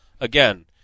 again